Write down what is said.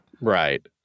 Right